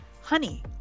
Honey